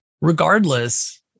Regardless